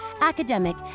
academic